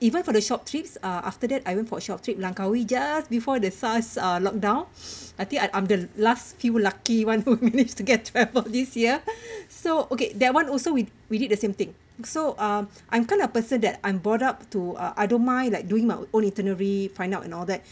even for the short trips uh after that I went for a short trip langkawi just before the sars uh lock down I think I I'm the last few lucky [one] who needs to get travel this year so okay that [one] also we we did the same thing so um I'm kind of person that I'm brought up to uh I don't mind like doing my own itinerary find out and all that